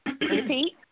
Repeat